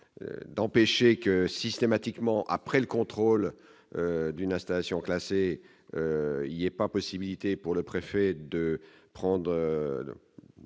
d'empêcher que systématiquement après le contrôle d'une installation classée, il y a pas possibilité pour le préfet de prendre,